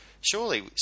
surely